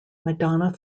madonna